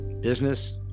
Business